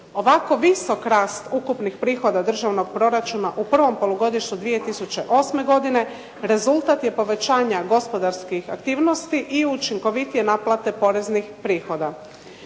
Ovako visok rast ukupnih prihoda državnog proračuna u prvom polugodištu 2008. godine rezultat je povećanja gospodarskih aktivnosti i učinkovitije naplate poreznih prihoda.